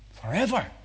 Forever